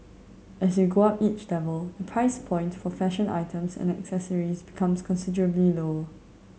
as you go up each level the price point for fashion items and accessories becomes considerably low